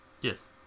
Yes